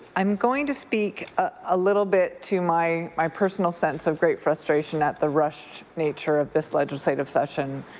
i'm going to speak a little bit to my my personal sense of great frustration at the rushed nature of this legislative session,